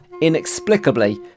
inexplicably